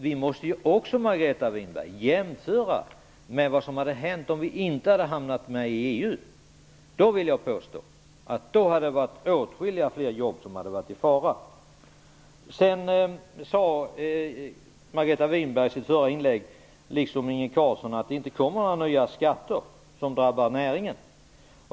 Vi måste också, Margareta Winberg, jämföra med vad som hade hänt om vi inte hade gått med i EU. Jag vill påstå att då hade det varit åtskilligt fler jobb som hade varit i fara. Carlsson, att det inte kommer att införas några nya skatter som drabbar näringen.